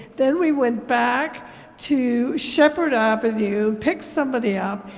then we went back to sheppard avenue, picked somebody up,